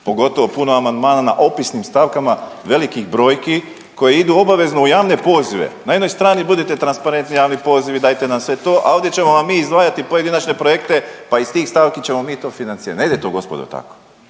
Pogotovo puno amandmana na opisnim stavkama velikih brojki koji idu obavezno u javne pozive. Na jednoj strani budite transparentni, javni pozivi dajte nam sve to, a ovdje ćemo vam mi izdvajati pojedinačne projekte pa iz tih stavki ćemo mi to financirati. Ne ide to gospodo tako.